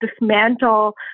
dismantle